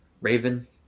Raven